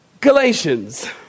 Galatians